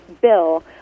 bill